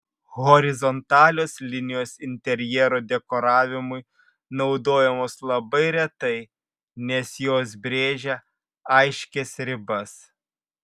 horizontalios linijos interjero dekoravimui naudojamos labai retai nes jos brėžia aiškias ribas